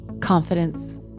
confidence